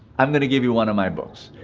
i'm going to give you one of my books,